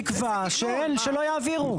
תקבע שלא יעבירו.